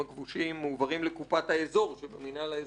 הכבושים מועברים לקופת האזור של המינהל האזרחי.